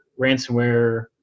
ransomware